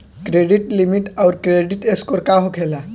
Credit limit आउर credit score का होखेला?